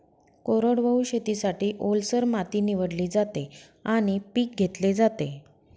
कोरडवाहू शेतीसाठी, ओलसर माती निवडली जाते आणि पीक घेतले जाते